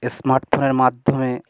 smart ফোনের মাধ্যমে